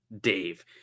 Dave